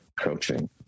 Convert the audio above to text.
coaching